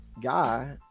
guy